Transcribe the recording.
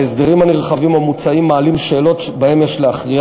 ההסדרים הנרחבים המוצעים מעלים שאלות שבהן יש להכריע